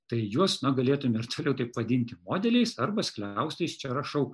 tai juos na galėtume ir toliau taip vadint modeliais arba skliaustais čia rašau